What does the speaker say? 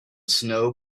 snow